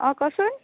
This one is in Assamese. অঁ কচোন